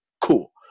Cool